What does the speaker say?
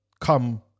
Come